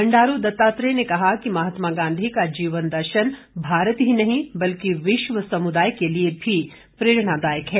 बंडारू दत्तात्रेय ने कहा कि महात्मा गांधी का जीवन दर्शन भारत ही नहीं बल्कि विश्व समुदाय के लिए भी प्रेरणादायक है